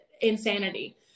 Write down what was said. insanity